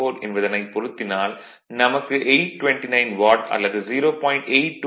04 என்பதனைப் பொருத்தினால் நமக்கு 829 வாட் அல்லது 0